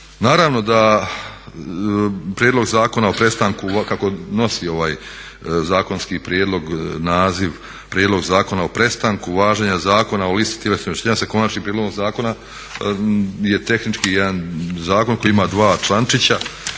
Naravno da Prijedlog zakona o prestanku, kako nosi ovaj zakonski prijedlog naziv Prijedlog zakona o prestanku važenja Zakona o listi tjelesnih oštećenja s Konačnim prijedlogom Zakona je tehnički jedan zakon koji ima dva člančića